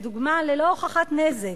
לדוגמה ללא הוכחת נזק.